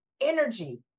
energy